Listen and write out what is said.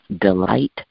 delight